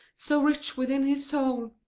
so rich within his soul,